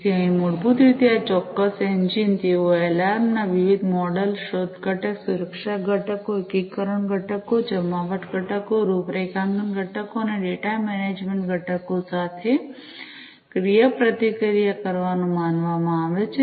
તેથી અહીં મૂળભૂત રીતે આ ચોક્કસ એન્જિન તેઓએ એલાર્મ ના વિવિધ મોડલ શોધ ઘટક સુરક્ષા ઘટકો એકીકરણ ઘટકો જમાવટ ઘટકો રૂપરેખાંકન ઘટકો અને ડેટા મેનેજમેન્ટ ઘટકો સાથે ક્રિયાપ્રતિક્રિયા કરવાનું માનવામાં આવે છે